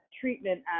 treatment